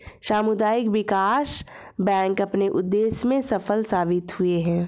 सामुदायिक विकास बैंक अपने उद्देश्य में सफल साबित हुए हैं